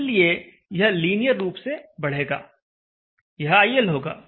इसलिए यह लीनियर रूप से बढ़ेगा यह iL होगा